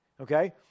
Okay